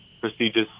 prestigious